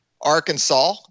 Arkansas